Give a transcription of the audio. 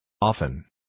Often